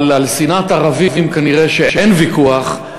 אבל על שנאת ערבים כנראה אין ויכוח,